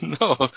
No